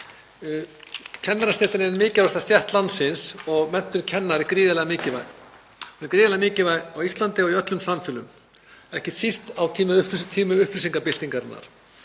Kennarastéttin er ein mikilvægasta stétt landsins og menntun kennara gríðarlega mikilvæg. Hún er gríðarlega mikilvæg á Íslandi og í öllum samfélögum, ekki síst á tímum upplýsingabyltingarinnar.